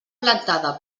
plantada